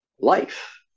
life